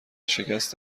شکست